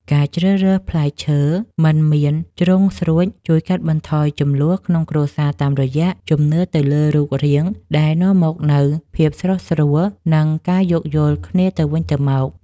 ការជ្រើសរើសផ្លែឈើដែលមិនមានជ្រុងស្រួចជួយកាត់បន្ថយជម្លោះក្នុងគ្រួសារតាមរយៈជំនឿទៅលើរូបរាងដែលនាំមកនូវភាពស្រុះស្រួល និង ការយោគយល់គ្នាទៅវិញទៅមក។